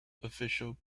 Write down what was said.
official